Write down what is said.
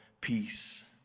peace